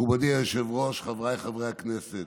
מכובדי היושב-ראש, חבריי חברי הכנסת,